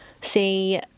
See